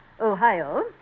Ohio